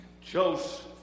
Joseph